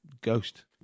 Ghost